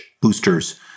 boosters